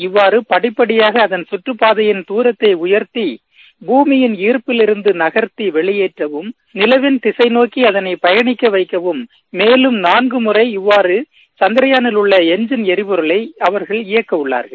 இவ்வாறு படிப்படியாக அதன் சுற்றுப்பாதையின் தூரத்தை உயர்த்தி பூமியின் இருப்பில் இருந்து நகர்த்தி வெளியேற்றவும் நிலவின் திசைநோக்கி அதனை பயனிக்க வைக்கவும் மேலும் நான்கு முறை இவ்வாறு சந்திரயானில் உள்ள இன்ஜின் எரிபொருளை அவர்கள் இயக்க உள்ளார்கள்